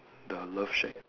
the love shack